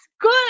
Good